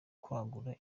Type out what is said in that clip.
kwagura